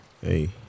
Hey